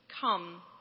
come